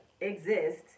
exist